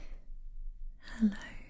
hello